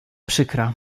przykra